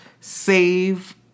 save